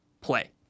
play